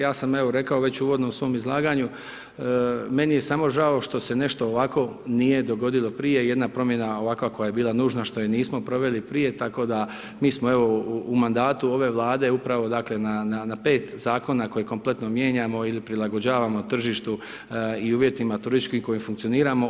Ja sam evo, rekao već uvodno u svom izlaganju, meni je samo žao što se nešto ovakvo nije dogodilo prije, jedna promjena ovakva koja je bila nužna, što je nismo proveli prije, tako da, mi smo u mandatu ove Vlade, upravo dakle na 5 zakona koje kompletno mijenjamo ili prilagođavamo tržištu i uvjetima turističkim u kojima funkcioniramo.